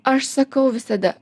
aš sakau visada